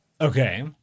Okay